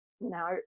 no